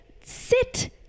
sit